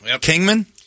Kingman